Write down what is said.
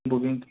booking